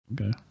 okay